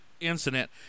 incident